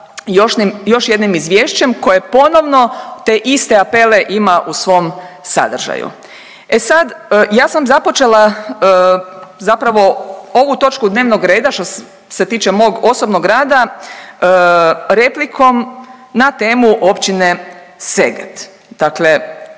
još jednim izvješćem koje ponovno te iste apele ima u svom sadržaju. E sad ja sam započela zapravo ovu točku dnevnog reda što se tiče mog osobnog rada replikom na temu općine Seget.